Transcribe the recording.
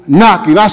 knocking